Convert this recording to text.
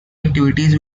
activities